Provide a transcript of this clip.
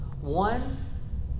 One